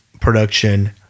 production